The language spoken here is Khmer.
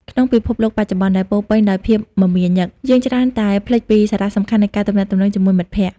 ក្នុងពិភពលោកបច្ចុប្បន្នដែលពោរពេញដោយភាពមមាញឹក យើងច្រើនតែភ្លេចពីសារៈសំខាន់នៃការទំនាក់ទំនងជាមួយមិត្តភក្តិ។